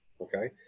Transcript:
okay